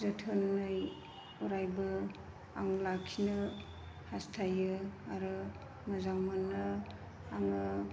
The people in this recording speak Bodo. जोथोनै अरायबो आं लाखिनो हास्थायो आरो मोजां मोनो आङो